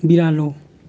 बिरालो